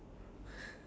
ya